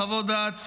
חוות דעת,